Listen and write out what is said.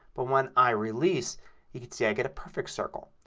but when i release you can see i get a perfect circle.